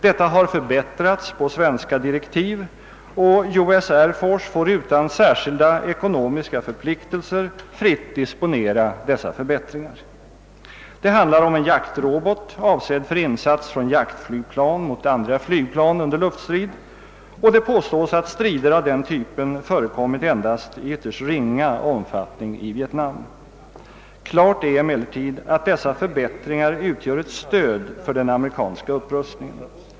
Detta har förbättrats på svenska direktiv och US Air Force får utan särskilda ekonomiska förpliktelser fritt disponera dessa förbättringar. Det handlar om en jaktrobot avsedd för insats från flygplan mot andra flygplan under: luftstrid, och det påstås att strider av den typen förekommit endast i ringa omfattning i Vietnam. Klart är emellertid att dessa förbättringar utgör ett stöd för den amerikanska upprustningen.